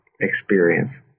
experience